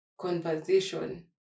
conversation